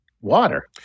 Water